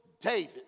David